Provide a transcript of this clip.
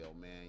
man